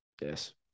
Yes